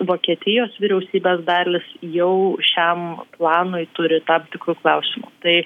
vokietijos vyriausybės dalis jau šiam planui turi tam tikrų klausimų tai